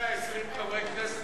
שמ-120 חברי כנסת,